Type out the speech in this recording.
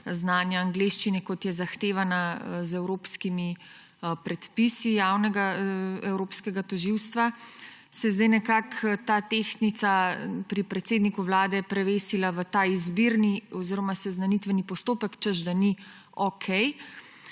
znanja angleščine, kot je zahtevana z evropskimi predpisi Evropskega javnega tožilstva, se je zdaj nekako ta tehtnica pri predsedniku Vlade prevesila v ta izbirni oziroma seznanitveni postopek, češ da ni okej.